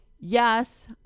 yes